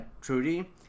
Trudy